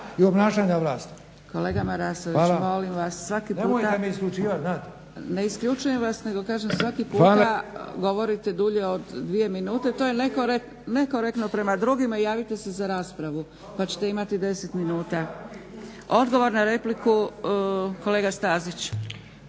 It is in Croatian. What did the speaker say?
Dragica (SDP)** Kolega Marasoviću molim vas, svaki puta… … /Upadica Marasović: Nemojte me isključivat./… Ne isključujem vas nego kažem svaki puta govorite dulje od dvije minute, to je nekorektno prema drugima, javite se za raspravu pa ćete imati 10 minuta. Odgovor na repliku kolega Stazić.